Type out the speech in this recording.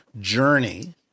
journey